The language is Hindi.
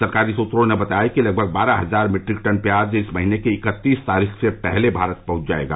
सरकारी सूत्रों ने बताया है कि लगभग बारह हजार मीट्रिक टन प्याज इस महीने की इकत्तीस तारीख से पहले भारत पहुंच जायेगा